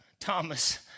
Thomas